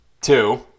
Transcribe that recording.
Two